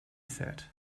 said